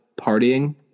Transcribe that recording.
partying